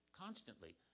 constantly